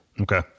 Okay